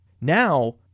Now